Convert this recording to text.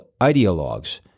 ideologues